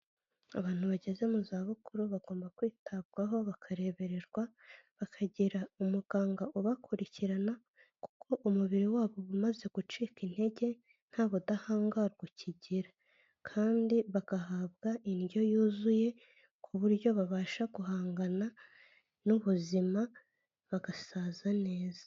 Abantu bageze mu zabukuru, bagomba kwitabwaho bakarebererwa, bakagira umuganga ubakurikirana, kuko umubiri wabo uba umaze gucika intege nta budahangarwa ukigira, kandi bagahabwa indyo yuzuye ku buryo babasha guhangana n'ubuzima, bagasaza neza.